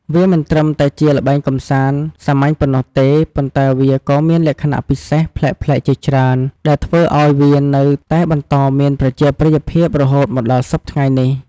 វាមិនត្រឹមតែជាល្បែងកម្សាន្តសាមញ្ញប៉ុណ្ណោះទេ ប៉ុន្តែវាក៏មានលក្ខណៈពិសេសប្លែកៗជាច្រើន ដែលធ្វើឱ្យវានៅតែបន្តមានប្រជាប្រិយភាពរហូតមកដល់សព្វថ្ងៃនេះ។